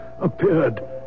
appeared